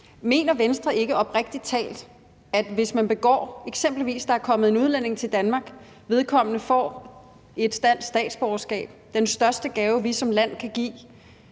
der kommer ind under den paragraf. Hvis der eksempelvis er kommet en udlænding til Danmark – vedkommende får dansk statsborgerskab, den største gave, vi som land kan give,